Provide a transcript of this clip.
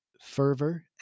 fervor